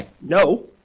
No